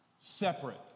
separate